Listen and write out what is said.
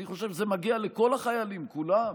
אני חושב שזה מגיע לכל החיילים כולם,